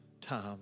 time